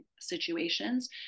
situations